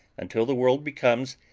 until the world becomes,